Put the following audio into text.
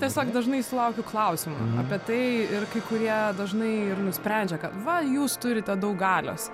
tiesiog dažnai sulaukiu klausimų apie tai ir kai kurie dažnai ir nusprendžia kad va jūs turite daug galios